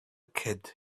kid